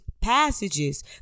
passages